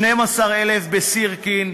12,000 בסירקין,